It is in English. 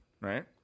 right